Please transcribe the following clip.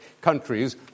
countries